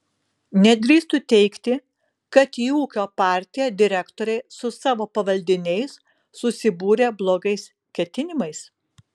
nedrįstu teigti kad į ūkio partiją direktoriai su savo pavaldiniais susibūrė blogais ketinimais